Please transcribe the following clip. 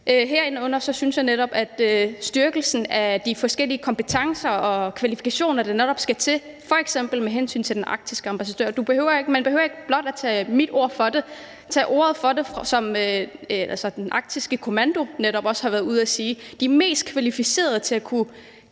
Herunder tænker jeg netop på styrkelsen af de forskellige kompetencer og kvalifikationer, der skal til, f.eks. med hensyn til den arktiske ambassadør. Man behøver ikke blot at tage mit ord for det; Arktisk Kommando har også været ude at sige, at de mest kvalificerede til at værne